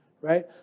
right